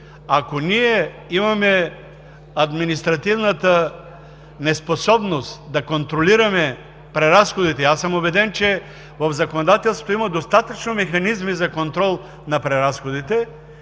Ако ние имаме административната неспособност да контролираме преразходите, аз съм убеден, че в законодателството има достатъчно механизми за контрол на преразходите